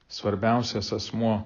svarbiausias asmuo